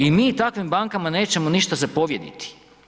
I mi takvim bankama nećemo ništa zapovjediti.